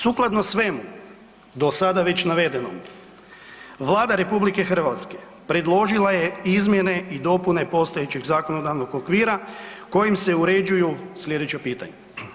Sukladno svemu do sada već navedenom, Vlada RH predložila je izmjene i dopune postojećeg zakonodavnog okvira kojim se uređuju slijedeća pitanja.